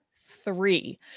three